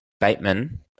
Bateman